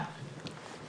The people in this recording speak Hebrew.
(חברת הכנסת גלית דיסטל אטבריאן יוצאת מחדר הוועדה)